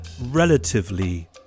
relatively